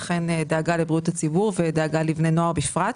אכן דאגה לבריאות הציבור ודאגה לבני נוער בפרט.